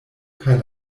kaj